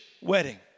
wedding